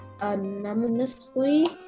anonymously